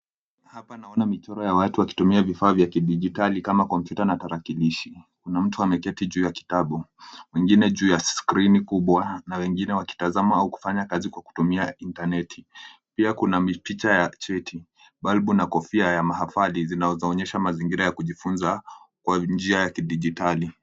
Hapa naona michoro ya watu wakitumia vifaa vya kidigitali kama kompyuta na tarakilishi. Kuna mtu ameketi juu ya kitabu. Wengine juu ya skrini kubwa na wengine wakitazama au kufanya kazi kwa kutumia interneti. Pia kuna picha ya cheti, balbu na kofia ya mahafali zinazoonyesha mazingira ya kujifunza kwa njia ya kidigitali.